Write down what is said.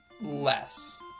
less